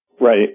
Right